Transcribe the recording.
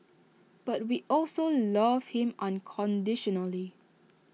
but we also love him unconditionally